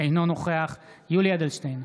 אינו נוכח יולי יואל אדלשטיין,